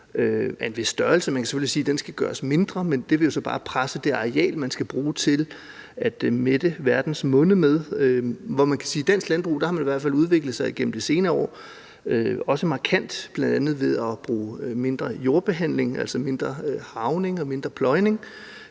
Man kan selvfølgelig sige, at den skal gøres mindre, men det vil jo så bare presse det areal, man skal bruge til at mætte verdens munde med. Og man kan sige, at i Dansk Landbrug har man i hvert fald udviklet sig igennem de senere år, også markant, bl.a. ved at bruge mindre jordbehandling, altså mindre harvning og mindre pløjning,